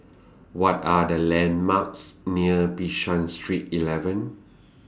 What Are The landmarks near Bishan Street eleven